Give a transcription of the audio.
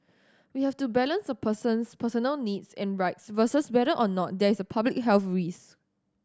we have to balance a person's personal needs and rights versus whether or not there is a public health risk